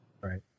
Right